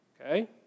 Okay